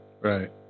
Right